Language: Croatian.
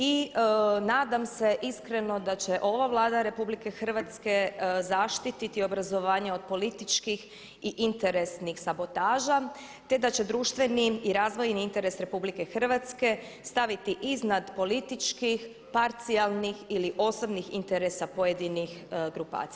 I nadam se iskreno da će ova Vlada RH zaštiti obrazovanje od političkih i interesnih sabotaža te da će društveni i razvojni interes RH staviti iznad političkih, parcijalnih ili osobnih interesa pojedinih grupacija.